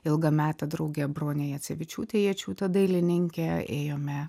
ilgamete drauge brone jacevičiūte jačiūte dailininke ėjome